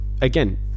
again